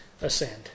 ascend